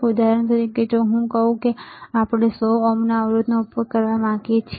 ઉદાહરણ તરીકે જો હું કહું કે આપણે 100 ઓહ્મના અવરોધનો ઉપયોગ કરવા માંગીએ છીએ